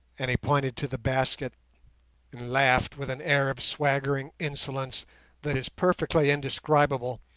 and he pointed to the basket and laughed with an air of swaggering insolence that is perfectly indescribable,